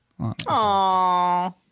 Aww